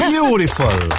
Beautiful